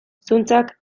zuntzak